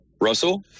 Russell